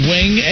Wing